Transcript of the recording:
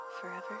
forever